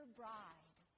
bride